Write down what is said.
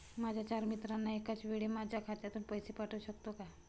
माझ्या चार मित्रांना एकाचवेळी माझ्या खात्यातून पैसे पाठवू शकतो का?